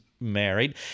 Married